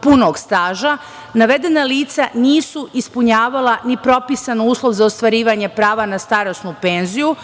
punog staža, navedena lica nisu ispunjavala ni propisan uslov za ostvarivanje prava na starosnu penziju